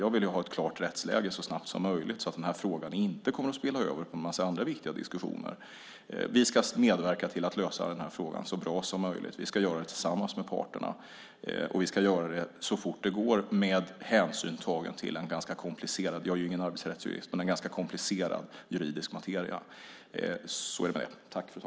Jag vill ha ett klart rättsläge så snabbt som möjligt så att frågan inte kommer att spilla över på en massa andra viktiga diskussioner. Vi ska medverka till att lösa frågan så bra som möjligt, och vi ska göra det tillsammans med parterna. Vi ska göra det så fort det går med hänsyn tagen - jag är ingen arbetsrättsjurist - till en ganska komplicerad juridisk materia. Så är det med det.